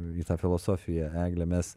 į tą filosofiją egle mes